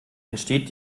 entsteht